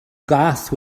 gath